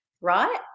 right